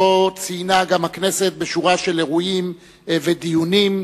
שגם הכנסת ציינה אותו בשורה של אירועים ודיונים,